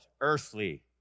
earthly